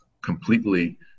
completely